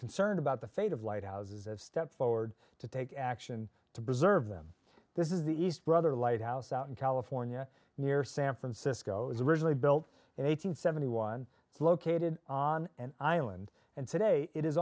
concerned about the fate of lighthouses have stepped forward to take action to preserve them this is the east brother lighthouse out in california near san francisco is originally built and eight hundred seventy one is located on an island and today it is